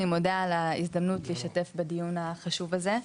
אני מודה על ההזדמנות להשתתף בדיון החשוב הזה.